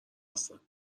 هستم